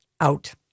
out